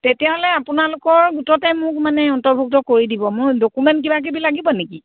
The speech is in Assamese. তেতিয়াহ'লে আপোনালোকৰ গোটতে মোক মানে অন্তৰ্ভুক্ত কৰি দিব মোৰ ডকুমেণ্ট কিবা কিবি লাগিব নেকি